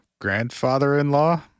grandfather-in-law